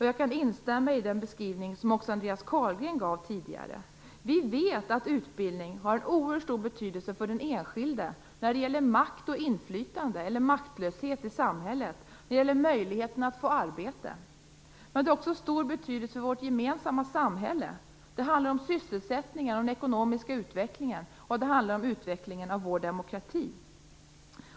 Jag kan instämma i den beskrivning som också Andreas Carlgren gav tidigare. Vi vet att utbildning har en oerhört stor betydelse för den enskilde när det gäller makt och inflytande eller maktlöshet i samhället och möjligheterna att få arbete. Men den har också stor betydelse för vårt gemensamma samhälle. Det handlar om sysselsättning och den ekonomiska utvecklingen och utvecklingen av vår demokrati.